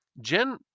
Jen